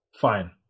fine